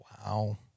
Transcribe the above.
Wow